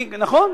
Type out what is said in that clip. נכון,